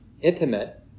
intimate